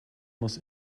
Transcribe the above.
muss